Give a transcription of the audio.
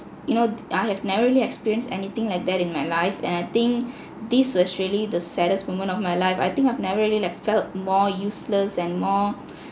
you know I have never really experienced anything like that in my life and I think this was really the saddest moment of my life I think I've never really like felt more useless and more